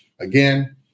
Again